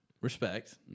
respect